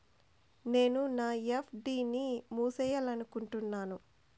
నేను నా ఎఫ్.డి ని మూసేయాలనుకుంటున్నాను